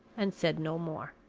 and said no more.